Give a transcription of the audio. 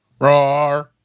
Roar